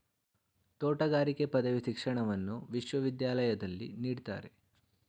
ತೋಟಗಾರಿಕೆ ಪದವಿ ಶಿಕ್ಷಣವನ್ನು ವಿಶ್ವವಿದ್ಯಾಲಯದಲ್ಲಿ ನೀಡ್ತಾರೆ